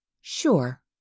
Sure